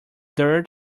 dirt